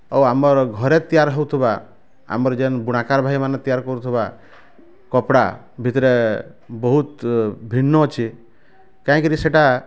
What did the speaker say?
ଆଉ ଆମର୍ ଘରେ ତିଆରି ହଉଥିବା ଆମର୍ ଯେନ୍ ବୁଣା କାର୍ ଭାଇ ମାନେ ତିଆରି କରୁଥିବା କପଡ଼ା ଭିତରେ ବହୁତ ଭିନ୍ନ ଅଛି କାହିଁକିରି ସେଇଟା